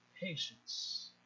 patience